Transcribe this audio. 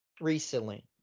Recently